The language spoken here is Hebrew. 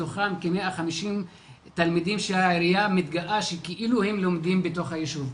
מתוכם כ-150 תלמידים שהעירייה מתגאה שכאילו הם לומדים בתוך היישוב.